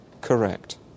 correct